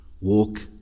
walk